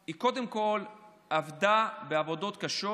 היא קודם כול עבדה בעבודות קשות,